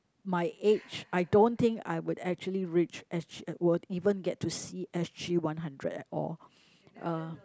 my age I don't think I would actually reach S_G would even get to see S_G one hundred at all uh